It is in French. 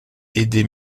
aidés